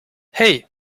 hey